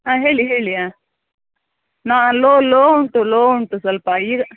ಹಾಂ ಹೇಳಿ ಹೇಳಿ ಹಾಂ ನಾ ಲೊ ಲೊ ಉಂಟು ಲೊ ಉಂಟು ಸ್ವಲ್ಪ ಈಗ